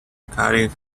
carrying